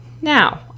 Now